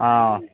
ஆ